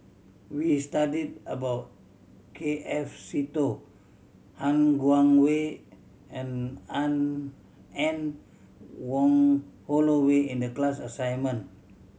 we studied about K F Seetoh Han Guangwei and Anne Wong Holloway in the class assignment